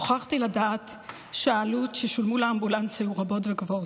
נוכחתי לדעת שהעלויות ששילמו לאמבולנס היו רבות וגבוהות.